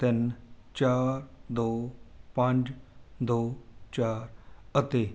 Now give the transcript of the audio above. ਤਿੰਨ ਚਾਰ ਦੋ ਪੰਜ ਦੋ ਚਾਰ ਅਤੇ